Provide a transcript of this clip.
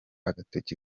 agatoki